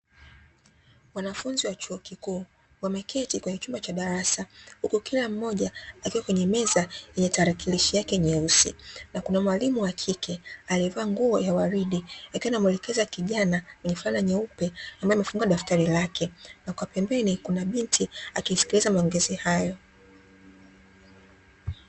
Wanafunzi wa chuo kikuu wameketi kwenye chumba cha darasa huku kila moja akiwa kwenye meza yenye talakinishi yake nyeusi. Na kuna mwalimu wa kike aliyevaa nguo ya waridi akiwa anamuelekeza kijana mwenye fulana nyeupe ambaye amefungua daftari lake na kwa pembeni kuna binti akisikiliza maongezi hayo.